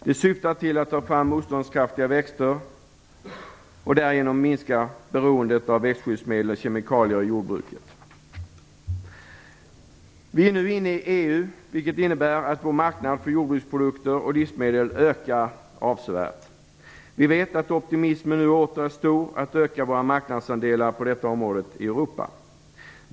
Det syftar till att få fram motståndskraftiga växter och därigenom minska beroendet av växtskyddsmedel och kemikalier i jordbruket. Vi är nu inne i EU, vilket innebär att vår marknad för jordbruksprodukter och livsmedel ökar avsevärt. Vi vet att optimismen nu åter är stor för att öka våra marknadsandelar på det här området i Europa.